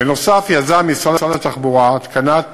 בנוסף, משרד התחבורה יזם התקנת